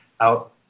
out